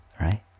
right